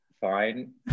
fine